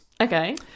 Okay